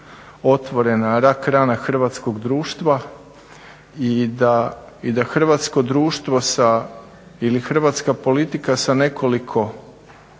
otvorena rak rana hrvatskog društva i da hrvatsko društvo sa ili hrvatska politika sa nekoliko